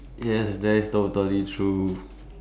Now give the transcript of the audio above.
yes that is totally true